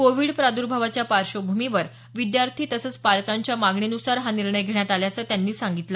Covid प्रादुर्भावाच्या पार्श्वभूमीवर विद्यार्थी तसंच पालकांच्या मागणीनुसार हा निर्णय घेण्यात आल्याचं त्यांनी सांगितलं